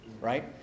Right